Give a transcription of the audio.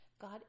God